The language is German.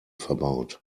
verbaut